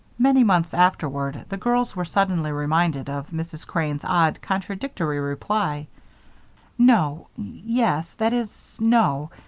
many months afterward the girls were suddenly reminded of mrs. crane's odd, contradictory reply no yes that is, no.